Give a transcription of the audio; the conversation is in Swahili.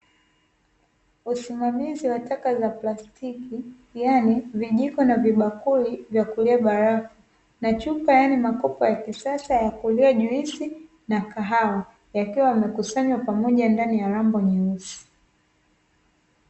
Usimamizi wa taka za plastiki yaani vijiko na vibakuli vya kulia barafu, na chupa yaani makopo ya kisasa ya kulia juisi na kahawa; yakiwa yamekusanywa pamoja ndani ya rambo nyeusi.